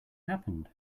happened